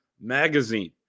Magazine